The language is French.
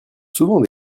souvent